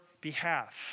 behalf